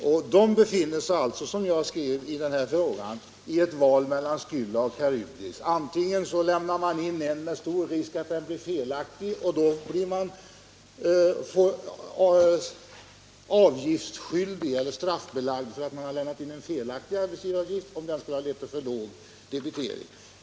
Egenföretagarna befinner sig, som jag nämnde i min fråga, i ett val mellan Skylla och Karybdis: Antingen lämnar de in uppgiften i tid med risk att den blir felaktig, och då kan de bli påförda straffavgift om uppgiften lett till för låg debitering.